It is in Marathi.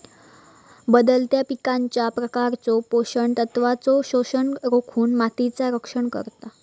बदलत्या पिकांच्या प्रकारचो पोषण तत्वांचो शोषण रोखुन मातीचा रक्षण करता